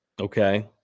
okay